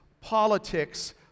politics